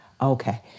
Okay